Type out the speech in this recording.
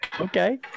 Okay